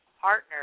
partner